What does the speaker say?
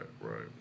Right